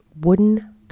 wooden